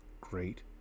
great